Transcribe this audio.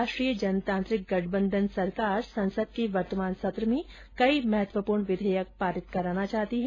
राष्ट्रीय जनतांत्रिक गठबंधन सरकार संसद के वर्तमान सत्र में कई महत्वपूर्ण विधेयक पारित कराना चाहती हैं